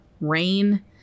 rain